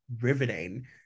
riveting